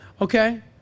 Okay